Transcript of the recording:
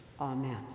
Amen